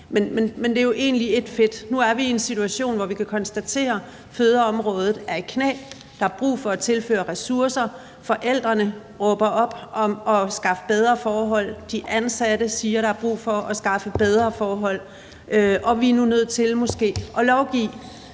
Men det er jo egentlig ét fedt. Nu er vi i en situation, hvor vi kan konstatere, at fødeområdet er i knæ, og at der er brug for at tilføre ressourcer. Forældrene råber op om at skaffe bedre forhold; de ansatte siger, at der er brug for at skaffe bedre forhold. Vi er måske nu nødt til at lovgive